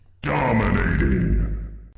DOMINATING